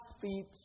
feet